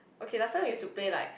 okay last time we used to play like